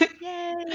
Yay